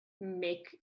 make